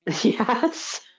Yes